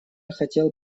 хотел